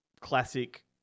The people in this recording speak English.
classic